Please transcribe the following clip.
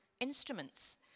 instruments